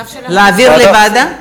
להעביר לוועדה?